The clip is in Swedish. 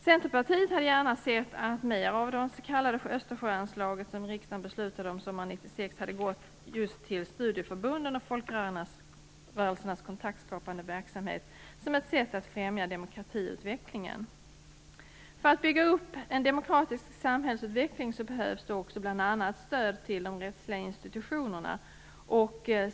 Centerpartiet hade gärna sett att mer av det s.k. Östersjöanslaget, som riksdagen beslutade om sommaren 1996, hade gått just till studieförbunden och folkrörelsernas kontaktskapande verksamhet som ett sätt att främja demokratiutvecklingen. För att bygga upp en demokratisk samhällsutveckling behövs också bl.a. stöd till de rättsliga institutionerna.